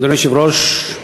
אדוני היושב-ראש,